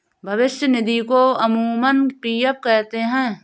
भविष्य निधि को अमूमन पी.एफ कहते हैं